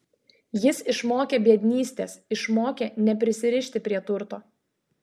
jis išmokė biednystės išmokė neprisirišti prie turto